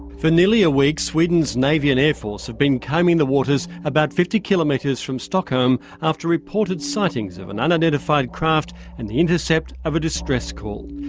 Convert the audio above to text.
for nearly a week, sweden's navy and air force have been combing the waters about fifty kilometres from stockholm after reported sightings of an unidentified craft and the intercept of a distress call.